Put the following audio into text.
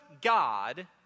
God